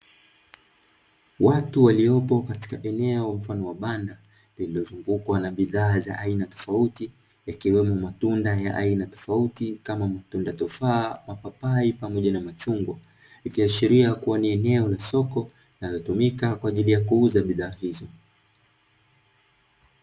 Watu waliopo katika eneo mfano wa banda, lililozugukwa na bidhaa za aina tofauti, yakiwemo matunda ya aina tofauti kama matunda tofaa, mapapai pamoja na machungwa, ikiashiria kuwa ni eneo la soko, linalotumika kwa ajili ya kuuza bidhaa hizo.